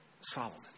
Solomon